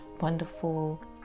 wonderful